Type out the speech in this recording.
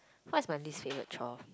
what is my least favourite chore